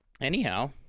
Anyhow